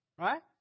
right